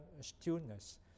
stillness